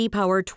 Power